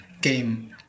game